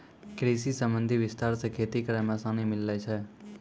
कृषि संबंधी विस्तार से खेती करै मे आसानी मिल्लै छै